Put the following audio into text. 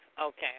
Okay